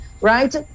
right